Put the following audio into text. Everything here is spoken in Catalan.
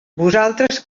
vosaltres